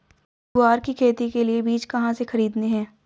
ग्वार की खेती के लिए बीज कहाँ से खरीदने हैं?